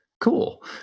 Cool